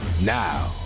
now